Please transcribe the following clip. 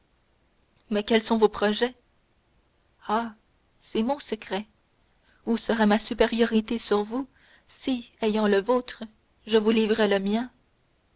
mais quels sont vos projets ah c'est mon secret où serait ma supériorité sur vous si ayant le vôtre je vous livrais le mien